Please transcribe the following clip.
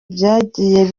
byagiye